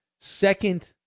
second